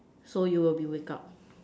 so you will be wake up